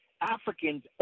africans